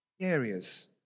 Areas